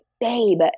babe